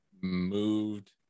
moved